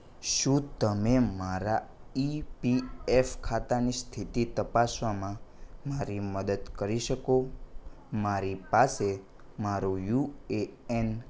શું તમે મારા ઇ પી એફ ખાતાની સ્થિતિ તપાસવામાં મારી મદદ કરી શકો મારી પાસે મારો યુ એ એન